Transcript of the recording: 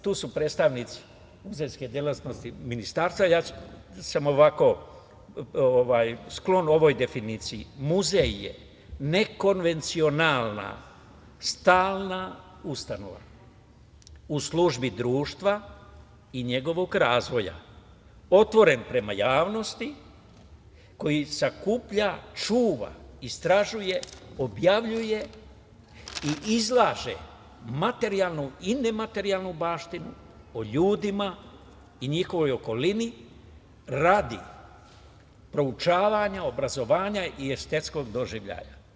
Tu su predstavnici muzejske delatnosti, ministarstva, ja sam sklon ovoj definiciji - muzej je nekonvencionalna stalna ustanova u službi društva i njegovog razvoja, otvoren prema javnosti, koji sakuplja, čuva, istražuje, objavljuje i izlaže materijalnu i nematerijalnu baštinu o ljudima i njihovoj okolini radi proučavanja, obrazovanja i estetskog doživljaja.